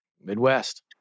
Midwest